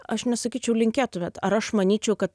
aš nesakyčiau linkėtumėt ar aš manyčiau kad